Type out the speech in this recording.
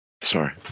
sorry